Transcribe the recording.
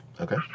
Okay